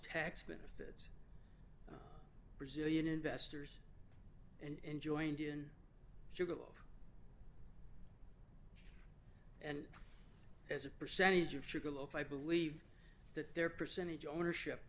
tax benefit brazilian investors and joined in sugarloaf and as a percentage of sugar loaf i believe that their percentage ownership